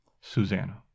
Susanna